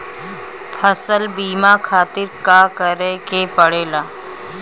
फसल बीमा खातिर का करे के पड़ेला?